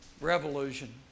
revolution